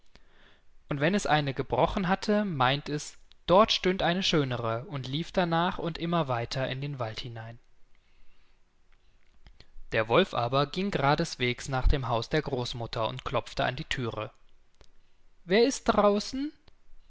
und wenn es eine gebrochen hatte meint es dort stünd noch eine schönere und lief darnach und immer weiter in den wald hinein der wolf aber ging geradeswegs nach dem haus der großmutter und klopfte an die thüre wer ist draußen